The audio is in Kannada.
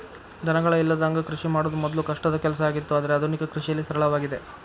ದನಗಳ ಇಲ್ಲದಂಗ ಕೃಷಿ ಮಾಡುದ ಮೊದ್ಲು ಕಷ್ಟದ ಕೆಲಸ ಆಗಿತ್ತು ಆದ್ರೆ ಆದುನಿಕ ಕೃಷಿಯಲ್ಲಿ ಸರಳವಾಗಿದೆ